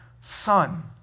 Son